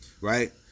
Right